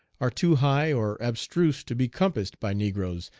are too high or abstruse to be compassed by negroes,